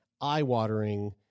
eye-watering